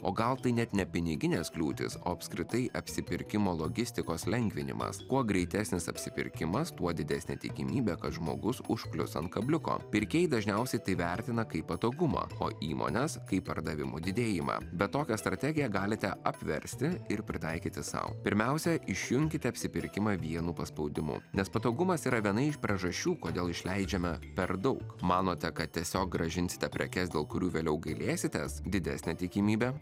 o gal tai net nepiniginės kliūtys o apskritai apsipirkimo logistikos lengvinimas kuo greitesnis apsipirkimas tuo didesnė tikimybė kad žmogus užklius an kabliuko pirkėjai dažniausiai tai vertina kaip patogumą o įmonės kaip pardavimų didėjimą bet tokią strategiją galite apversti ir pritaikyti sau pirmiausia išjunkite apsipirkimą vienu paspaudimu nes patogumas yra viena iš priežasčių kodėl išleidžiame per daug manote kad tiesiog grąžinsite prekes dėl kurių vėliau gailėsitės didesnė tikimybė